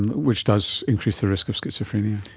and which does increase the risk of schizophrenia?